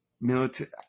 military